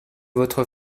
votre